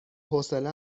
حوصله